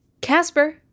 Casper